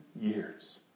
years